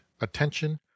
attention